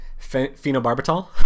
phenobarbital